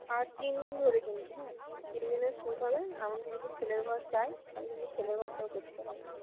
আর তিন দিন ধরে কিন্তু হ্যাঁ তিন দিনের শ্যুট হবে এমনকী যদি ছেলের ঘর চায় তাহলে কিন্তু ছেলের ঘরটাও করতে হবে